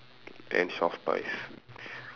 and soft toys